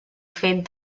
fet